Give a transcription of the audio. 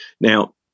Now